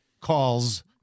calls